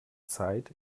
zeit